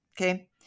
Okay